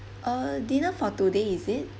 uh dinner for today is it